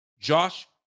Josh